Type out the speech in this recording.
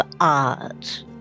art